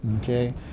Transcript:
okay